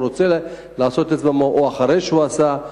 או רוצה לעשות או אחרי שהוא עשה.